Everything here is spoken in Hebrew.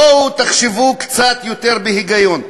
בואו תחשבו קצת יותר בהיגיון.